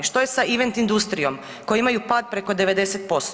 Što je sa event industrijom koji imaju pad preko 90%